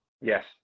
Yes